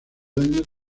daños